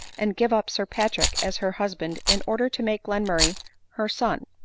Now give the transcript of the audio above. and give up sir patrick as her husband in order to make glenmurray her son.